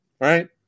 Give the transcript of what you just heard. right